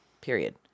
period